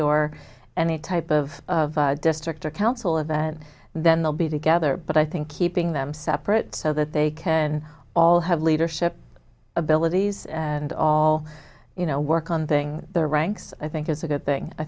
or any type of district or council event then they'll be together but i think heaping them separate so that they can all have leadership abilities and all you know work on thing the ranks i think is a good thing i